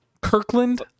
Kirkland